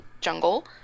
jungle